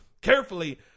carefully